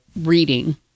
reading